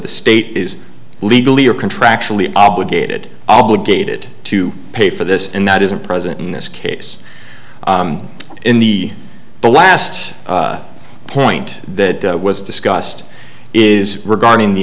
the state is legally or contractually obligated obligated to pay for this and that isn't present in this case in the last point that was discussed is regarding the